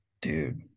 dude